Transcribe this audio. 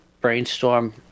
brainstorm